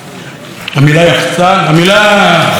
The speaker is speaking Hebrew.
המילה חלל, איפה אקוניס, פה?